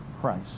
christ